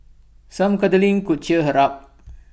some cuddling could cheer her up